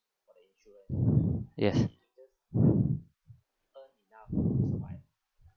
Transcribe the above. yes